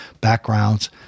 backgrounds